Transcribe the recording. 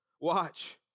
Watch